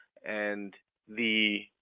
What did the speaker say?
and the